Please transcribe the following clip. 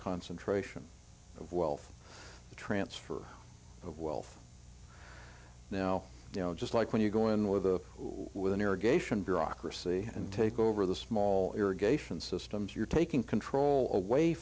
concentration of wealth the transfer of wealth now just like when you go in with a with an irrigation bureaucracy and take over the small irrigation systems you're taking control of away